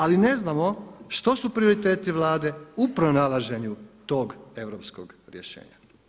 Ali ne znamo što su prioriteti Vlade u pronalaženju tog europskog rješenja.